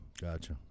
gotcha